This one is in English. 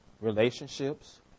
relationships